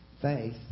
faith